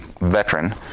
veteran